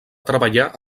treballar